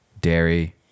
dairy